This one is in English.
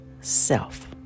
self